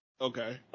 Okay